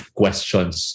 questions